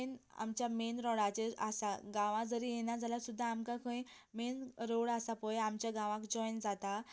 main आमच्या main रोडाचेर आसा गांवां जरी येना जाल्यार सुद्दां आमकां खंय मेन रोड आसा पय आमच्या गांवां जॉयन जाता